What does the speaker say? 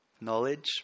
knowledge